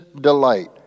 delight